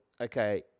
okay